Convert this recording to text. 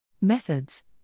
Methods